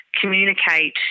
communicate